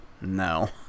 no